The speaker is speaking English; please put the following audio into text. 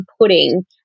pudding